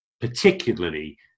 particularly